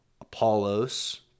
Apollos